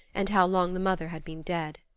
and how long the mother had been dead.